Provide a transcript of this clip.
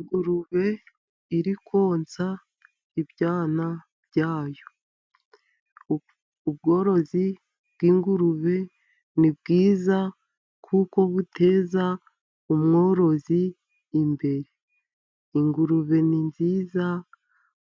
Ingurube iri konsa ibyana byayo. Ubworozi bw'ingurube ni bwiza kuko buteza umworozi imbere. Ingurube ni nziza